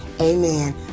Amen